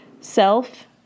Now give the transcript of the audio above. self